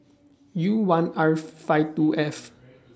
U one R five two F